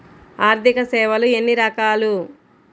ఆర్థిక సేవలు ఎన్ని రకాలు?